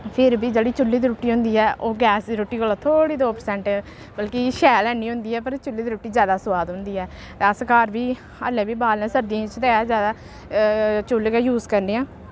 फिर बी जेह्ड़ी चु'ल्ली दी रुट्टी होंदी ऐ ओह् गैस दी रुट्टी कोला थोह्ड़ी दो परसैंट बल्कि शैल हैन्नी होंदी ऐ पर चु'ल्ली दी रुट्टी जैदा सोआद होंदी ऐ ते अस घर बी हाल्लें बी बालने सर्दियें च ते जैदा चु'ल्ल गै यूज करने आं